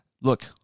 look